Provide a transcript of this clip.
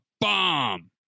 bomb